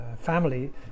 family